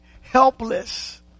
helpless